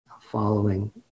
following